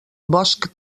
bosc